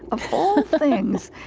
of all things.